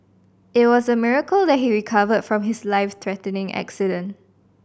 it was a miracle that he recovered from his life threatening accident